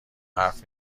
حرف